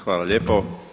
Hvala lijepo.